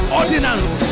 ordinance